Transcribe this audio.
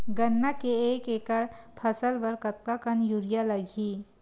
गन्ना के एक एकड़ फसल बर कतका कन यूरिया लगही?